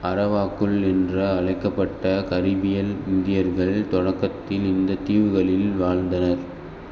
அரவாக்குள் என்று அழைக்கப்பட்ட கரீபிய இந்தியர்கள் தொடக்கத்தில் இந்தத் தீவுகளில் வாழ்ந்தனர்